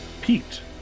Pete